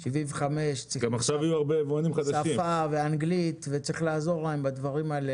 צריכים שפה ואנגלית וצריך לעזור להם בדברים האלה,